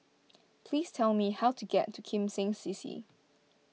please tell me how to get to Kim Seng C C